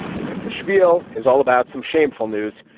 because the spiel is all about some shameful news.